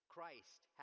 Christ